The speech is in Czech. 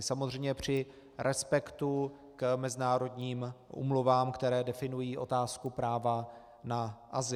Samozřejmě při respektu k mezinárodním úmluvám, které definují otázku práva na azyl.